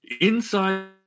Inside